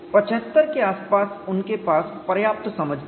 75 के आसपास उनके पास पर्याप्त समझ थी